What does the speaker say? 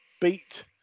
beat